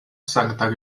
sankta